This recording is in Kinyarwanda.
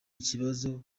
ikibazo